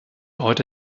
heute